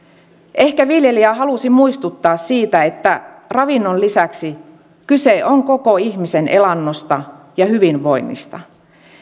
ehkä viljelijä halusi muistuttaa siitä että ravinnon lisäksi kyse on koko ihmisen elannosta ja hyvinvoinnista